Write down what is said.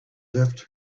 left